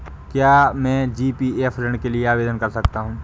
क्या मैं जी.पी.एफ ऋण के लिए आवेदन कर सकता हूँ?